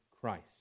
Christ